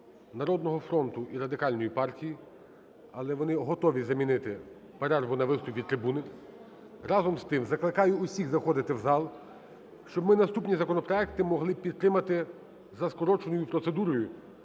"Народного фронту" і Радикальної партії, - але вони готові замінити перерву на виступ від трибуни. Разом з тим, закликаю усіх заходити в зал, щоб ми наступні законопроекти могли підтримати за скороченою процедурою,